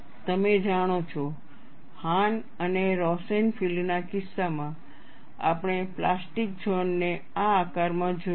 તમે જાણો છો હાન અને રોસેનફિલ્ડ ના કિસ્સામાં આપણે પ્લાસ્ટિક ઝોન ને આ આકારમાં જોયો છે